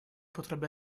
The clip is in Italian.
potrebbe